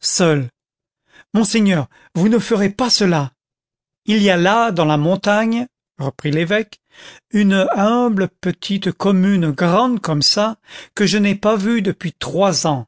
seul monseigneur vous ne ferez pas cela il y a là dans la montagne reprit l'évêque une humble petite commune grande comme ça que je n'ai pas vue depuis trois ans